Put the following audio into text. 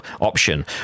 option